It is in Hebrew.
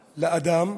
לאדם.